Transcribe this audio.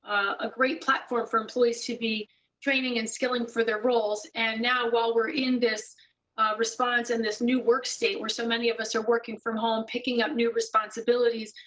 a great platform for employees to be training and scaling for their roles, and now, while we're in this response of and this new work state where so many of us are working from home, picking up new responsibilities,